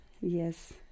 yes